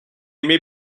may